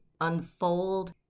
unfold